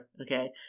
Okay